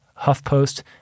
HuffPost